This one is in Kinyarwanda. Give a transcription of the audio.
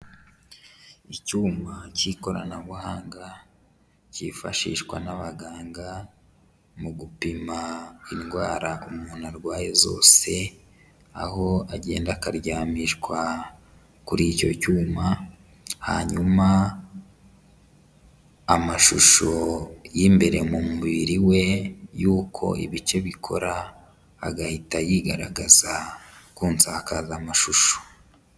Icyuma cy'ikoranabuhanga cyifashishwa n'abaganga mu gupima indwara umuntu arwaye zose, aho agenda akaryamishwa kuri icyo cyuma hanyuma amashusho y'imbere mu mubiri we yuko ibice bikora agahita yigaragaza ku nsakazamashusho.